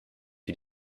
wie